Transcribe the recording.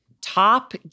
top